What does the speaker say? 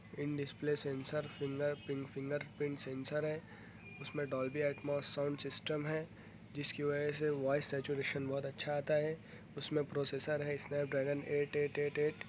ان display sensor finger print finger print sensor ہے اس میں ڈالبی اٹماس سانگ سسٹم ہے جس کی وجہ سے وائس سیچوریشن بہت اچھا آتا ہے اس میں پروسیسر ہے Snapdragon eight eight eight at